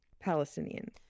Palestinian